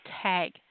tag